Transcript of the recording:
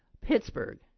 Pittsburgh